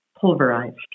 pulverized